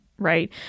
right